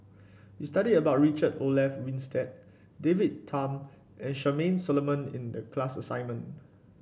we studied about Richard Olaf Winstedt David Tham and Charmaine Solomon in the class assignment